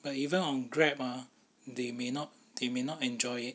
but even on grab ah they may not they may not enjoy it